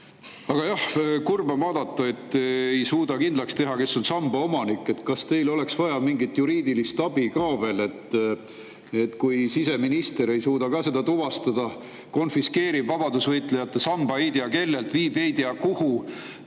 jah, kurb on vaadata, et ei suudeta kindlaks teha, kes on samba omanik. Kas oleks vaja veel mingit juriidilist abi, kui siseminister ei suuda seda tuvastada, konfiskeerib vabadusvõitlejate samba ei tea kellelt, viib ei tea kuhu,